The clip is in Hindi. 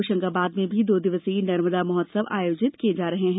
होशंगाबाद में भी दो दिवसीय नर्मदा महोत्सव आयोजित किया जा रहा है